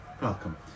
Welcome